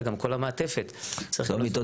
אלא כל המעטפת --- מיטות